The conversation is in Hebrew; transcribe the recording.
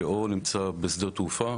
שאו נמצא בשדה התעופה